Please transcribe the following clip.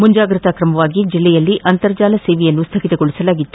ಮುಂಜಾಗ್ರತಾ ಕ್ರಮವಾಗಿ ಜಿಲ್ಲೆಯಲ್ಲಿ ಅಂತರ್ಜಾಲ ಸೇವೆಯನ್ನು ಸ್ಥಗಿತಗೊಳಿಸಲಾಗಿತ್ತು